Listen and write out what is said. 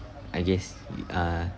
I guess we are